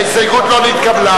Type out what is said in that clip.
רבותי, ההסתייגות לא התקבלה,